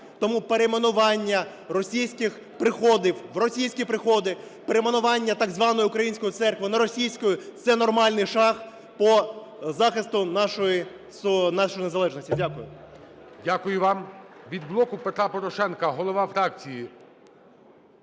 Тому перейменування російських приходів в російські приходи, перейменування так званої "української церкви" на "російську" – це нормальний шаг по захисту нашої незалежності. Дякую.